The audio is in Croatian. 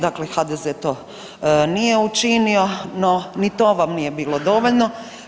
Dakle HDZ nije učinio, no ni to vam nije bio dovoljno.